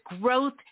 growth